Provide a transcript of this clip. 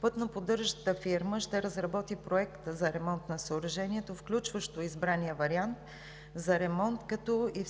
Пътноподдържащата фирма ще разработи проект за ремонт на съоръжението, включващо избрания вариант за ремонт, както и